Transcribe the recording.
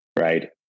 right